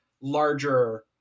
larger